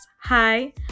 Hi